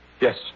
yes